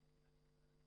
הקליטה והתפוצות.